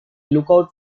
lookout